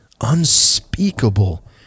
unspeakable